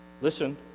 Listen